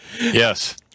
Yes